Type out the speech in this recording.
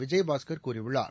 விஜயபாஸ்கா் கூறியுள்ளார்